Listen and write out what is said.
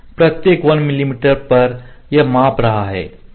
प्रत्येक 1 मिमी पर यह माप रहा है